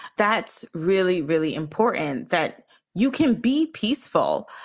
that's really, really important that you can be peaceful,